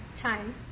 time